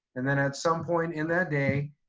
and then at some point in that day,